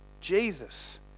Jesus